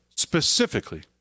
Specifically